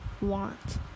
want